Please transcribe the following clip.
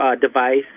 device